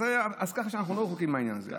ככה שאנחנו לא רחוקים מהעניין הזה.